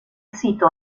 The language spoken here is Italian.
sito